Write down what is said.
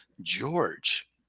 George